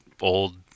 old